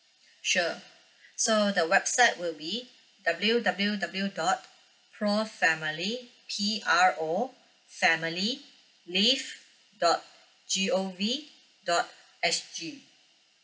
sure so the website will be W_W_W dot pro family P R O family live dot G_O_V dot S_G